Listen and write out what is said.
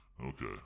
Okay